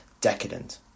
decadent